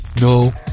no